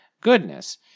goodness